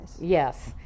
Yes